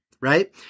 right